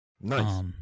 Nice